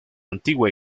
antigua